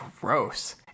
gross